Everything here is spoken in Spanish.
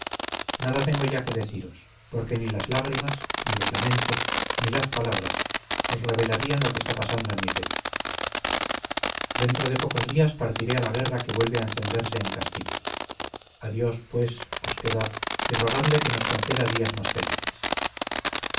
nada tengo ya que deciros porque ni las lágrimas ni los lamentos ni las palabras os revelarían lo que está pasando en mi pecho dentro de pocos días partiré a la guerra que vuelve a encenderse en castilla a dios pues os quedad y rogadle que nos conceda días más felices